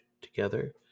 Together